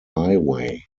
highway